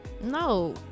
No